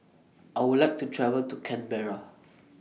I Would like to travel to Canberra